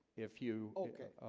if you okay,